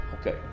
okay